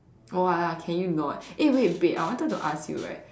for what lah can you not eh wait babe I wanted to ask you right